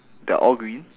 they're all green